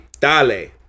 Dale